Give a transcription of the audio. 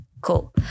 Cool